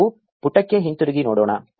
ನಾವು ಪುಟಕ್ಕೆ ಹಿಂತಿರುಗಿ ನೋಡೋಣ